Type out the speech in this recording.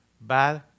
bad